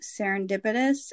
serendipitous